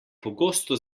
pogosto